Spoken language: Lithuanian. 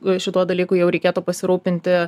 šituo dalyku jau reikėtų pasirūpinti